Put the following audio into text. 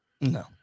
no